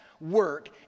work